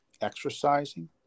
exercising